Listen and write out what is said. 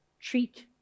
Treat